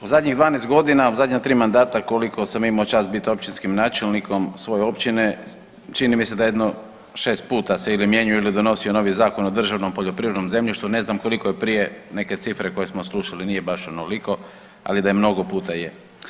U zadnjih 12 godina, u zadnja 3 mandata koliko sam imao čast biti općinskim načelnikom svoje Općine, čini mi se da jedno 6 puta se ili mijenjao ili donosio novi zakon o državnom poljoprivrednom zemljištu, ne znam koliko je prije neke cifre koje smo slušali, nije baš onoliko, ali da je mnogo puta, je.